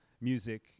music